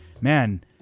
man